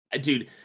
dude